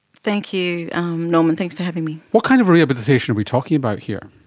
thank you norman, thanks for having me. what kind of rehabilitation are we talking about here?